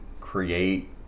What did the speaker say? create